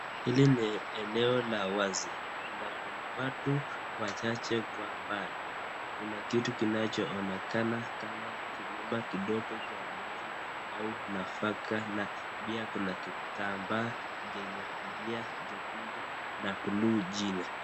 Hili ni eneo la wazi na kuna watu wachache kwa mbali. Kuna kitu kinacho onekana kama kilima kidogo cha nyasi au nafaka na pia kuna kitamba chenye mlia jekundu na blue chini.